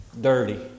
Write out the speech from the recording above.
dirty